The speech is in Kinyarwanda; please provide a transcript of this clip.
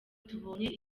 tubonye